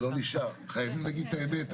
חייבים לומר את האמת.